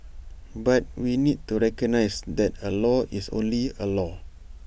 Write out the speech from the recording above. but we need to recognise that A law is only A law